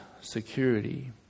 security